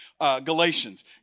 Galatians